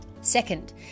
Second